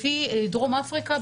לפי דרום אפריקה,